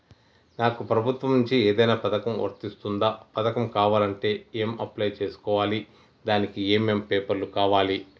నాకు ప్రభుత్వం నుంచి ఏదైనా పథకం వర్తిస్తుందా? పథకం కావాలంటే ఎలా అప్లై చేసుకోవాలి? దానికి ఏమేం పేపర్లు కావాలి?